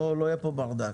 לא יהיה כאן ברדק.